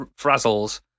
frazzles